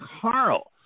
Carl